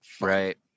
right